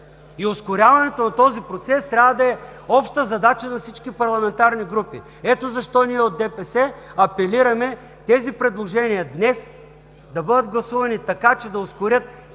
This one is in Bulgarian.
и ускоряването на този процес трябва да е обща задача на всички парламентарни групи. Ето защо ние от ДПС апелираме тези предложения днес да бъдат гласувани така, че да ускорят